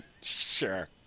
Sure